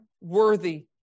worthy